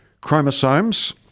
Chromosomes